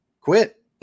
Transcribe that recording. quit